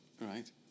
Right